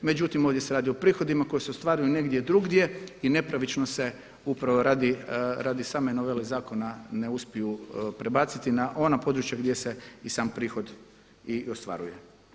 Međutim, ovdje se radi o prihodima koji se ostvaruju negdje drugdje i nepravično se upravo radi same novele zakona ne uspiju prebaciti na ona područja gdje se i sam prihod i ostvaruje.